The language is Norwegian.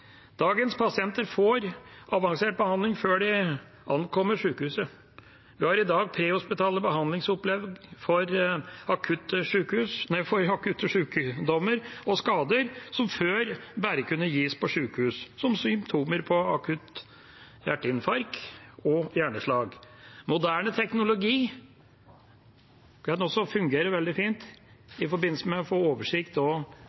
Dagens pasienter får avansert behandling før de ankommer sjukehuset. Vi har i dag prehospitale behandlingsopplegg for akutte sjukdommer og skader som før bare kunne gis på sjukehus, som ved symptomer på akutt hjerteinfarkt og hjerneslag. Moderne teknologi kan også fungere veldig